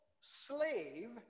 slave